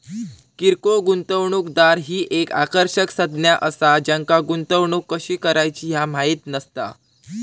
किरकोळ गुंतवणूकदार ही एक आकर्षक संज्ञा असा ज्यांका गुंतवणूक कशी करायची ह्या माहित नसता